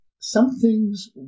something's